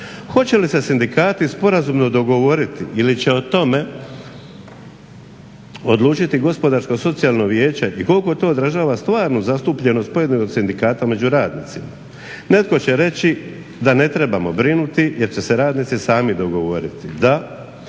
Hoće li se sindikati sporazumno dogovoriti ili će o tome odlučiti gospodarsko-socijalno vijeće i koliko to odražava stvarnu zastupljenost pojedinog sindikata među radnicima. Netko će reći da ne trebamo brinuti jer će se radnici sami dogovoriti.